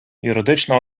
юридична